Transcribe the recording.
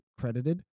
credited